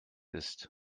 ist